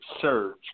surge